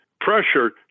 pressure